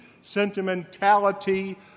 sentimentality